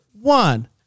one